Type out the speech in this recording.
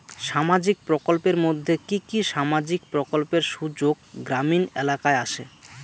সামাজিক প্রকল্পের মধ্যে কি কি সামাজিক প্রকল্পের সুযোগ গ্রামীণ এলাকায় আসে?